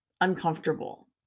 uncomfortable